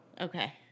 Okay